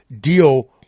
deal